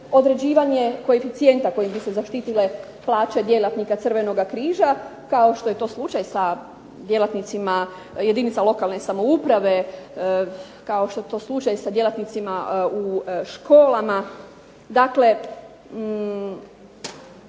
određivanje koeficijenta kojim bi se zaštitile plaće djelatnika Crvenoga križa kao što je to slučaj sa djelatnicima jedinica lokalne samouprave, kao što je to slučaj sa djelatnicima u školama.